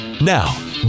Now